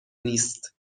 نیست